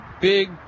big